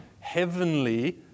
heavenly